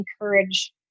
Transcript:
encourage